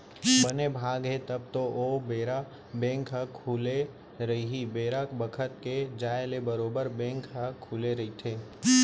बने भाग हे तब तो ओ बेरा बेंक ह खुले रही बेरा बखत के जाय ले बरोबर बेंक ह खुले रहिथे